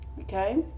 Okay